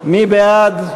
מי בעד?